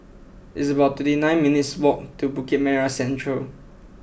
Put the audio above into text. it's about twenty nine minutes walk to Bukit Merah Central